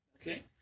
okay